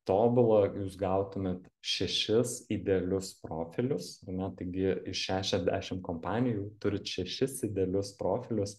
tobula jūs gautumėt šešis idealius profilius ar ne taigi iš šešiasdešim kompanijų turit šešis idealius profilius